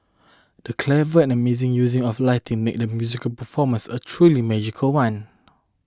the clever and amazing use of lighting made the musical performance a truly magical one